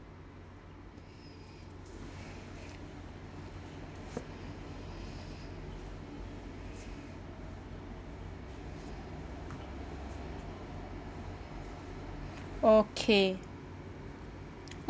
okay